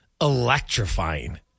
electrifying